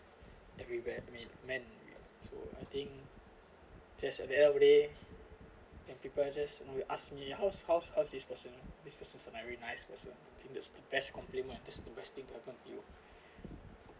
everywhere I mean man so I think just at the end of the day and people just will ask me how's how's how's this person this person is very nice person I think that's the best compliment that's the best thing happen to you